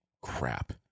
Crap